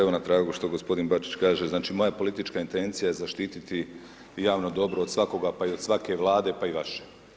Evo na tragu što g. Bačić kaže, znači moja politička intencija je zaštititi javno dobro od svakoga pa i od svake Vlade pa i vaše.